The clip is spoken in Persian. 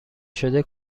شده